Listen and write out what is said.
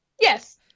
Yes